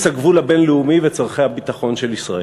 הגבול הבין-לאומי וצורכי הביטחון של ישראל".